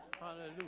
Hallelujah